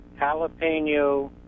jalapeno